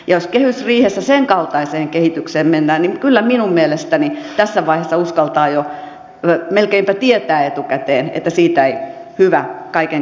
jos kehysriihessä senkaltaiseen kehitykseen mennään niin kyllä minun mielestäni tässä vaiheessa uskaltaa jo melkeinpä tietää etukäteen että siitä ei hyvää kaiken kaikkiaan seuraa